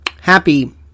happy